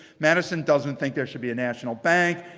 madison doesn't think there should be a national bank.